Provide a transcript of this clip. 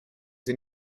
sie